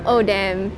oh damn